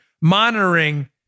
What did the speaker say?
monitoring